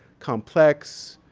complex,